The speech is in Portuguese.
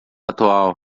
atual